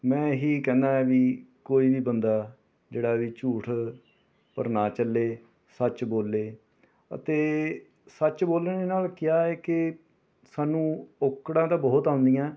ਮੈਂ ਇਹੀ ਕਹਿੰਦਾ ਹਾਂ ਵੀ ਕੋਈ ਵੀ ਬੰਦਾ ਜਿਹੜਾ ਵੀ ਝੂਠ ਪਰ ਨਾ ਚੱਲੇ ਸੱਚ ਬੋਲੇ ਅਤੇ ਸੱਚ ਬੋਲਣੇ ਨਾਲ ਕਿਆ ਏ ਕਿ ਸਾਨੂੰ ਔਕੜਾਂ ਤਾਂ ਬਹੁਤ ਆਉਂਦੀਆ